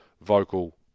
Vocal